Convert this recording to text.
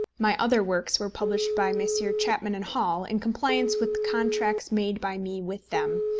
my other works were published by messrs. chapman and hall, in compliance with contracts made by me with them,